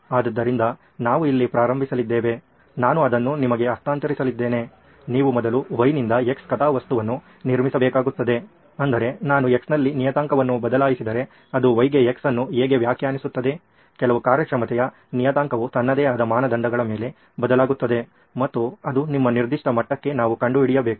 ಆದ್ದರಿಂದ ನಾವು ಇಲ್ಲಿ ಪ್ರಾರಂಭಿಸಲಿದ್ದೇವೆ ನಾನು ಅದನ್ನು ನಿಮಗೆ ಹಸ್ತಾಂತರಿಸಲಿದ್ದೇನೆ ನೀವು ಮೊದಲು Y ನಿಂದ X ಕಥಾವಸ್ತುವನ್ನು ನಿರ್ಮಿಸಬೇಕಾಗುತ್ತದೆ ಅಂದರೆ ನಾನು X ನಲ್ಲಿ ನಿಯತಾಂಕವನ್ನು ಬದಲಾಯಿಸಿದರೆ ಅದು Y ಗೆ X ಅನ್ನು ಹೇಗೆ ವ್ಯಾಖ್ಯಾನಿಸುತ್ತದೆ ಕೆಲವು ಕಾರ್ಯಕ್ಷಮತೆಯ ನಿಯತಾಂಕವು ತನ್ನದೇ ಆದ ಮಾನದಂಡಗಳ ಮೇಲೆ ಬದಲಾಗುತ್ತದೆ ಮತ್ತು ಅದು ನಿಮ್ಮ ನಿರ್ದಿಷ್ಟ ಮಟ್ಟಕ್ಕೆ ನಾವು ಕಂಡುಹಿಡಿಯಬೇಕು